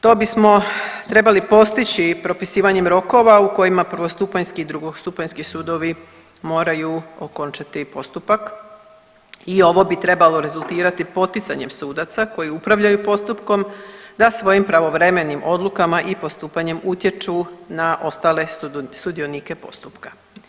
To bismo trebali postići propisivanjem rokova u kojima prvostupanjski i drugostupanjski sudovi moraju okončati postupak i ovo bi trebalo rezultirati poticanjem sudaca koji upravljaju postupkom da svojim pravovremenim odlukama i postupanjem utječu na ostale sudionike postupka.